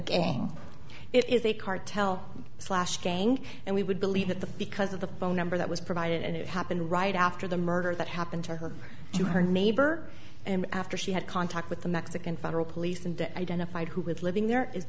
again it is a cartel slash gang and we would believe that the because of the phone number that was provided and it happened right after the murder that happened to her to her neighbor and after she had contact with the mexican federal police and identified who had living there is